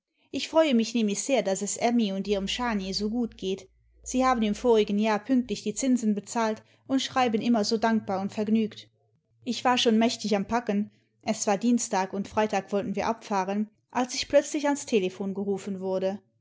ich freue mich nämlich sehr daß es emmy und ihrem schani so gt geht sie haben im vorigen jahr pünktlich die zinsen bezahlt und schreiben immer so dankbar und vergnügt ich war schon mächtig am packen es war dienstag imd freitag wollten wir abfahren als ich plötzlich ans telephon gerufen werde